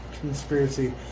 conspiracy